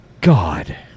God